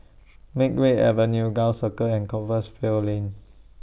Makeway Avenue Gul Circle and Compassvale Lane